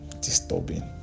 disturbing